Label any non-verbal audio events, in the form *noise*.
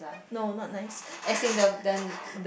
no not nice *breath*